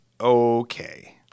okay